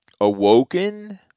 awoken